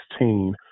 2016